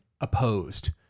opposed